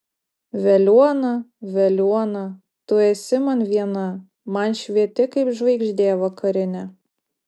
veliuona veliuona tu esi man viena man švieti kaip žvaigždė vakarinė